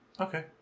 Okay